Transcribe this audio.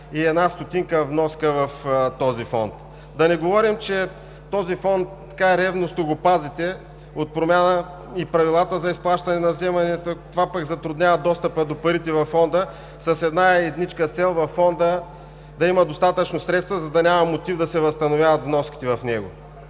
и една стотинка вноска в този фонд. Да не говорим, че този фонд така ревностно го пазите от промяна и правилата за изплащане на вземанията, което пък затруднява достъпа до парите във Фонда с една-едничка цел – да има достатъчно средства, за да няма мотив да се възстановяват вноските в него.